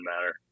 matter